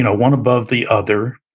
and one above the other,